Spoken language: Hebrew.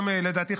לדעתי,